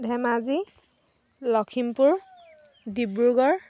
Dhemaji Lakhimpur Dibrugarh